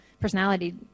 personality